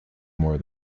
more